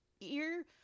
ear